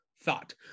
thought